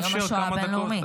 זה יום השואה הבין-לאומי.